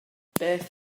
beth